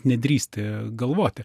nedrįsti galvoti